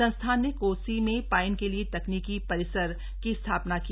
संस्थान ने कोसी में पाइन के लिए तकनीकी परिसर की स्थापना की